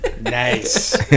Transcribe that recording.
Nice